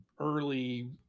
early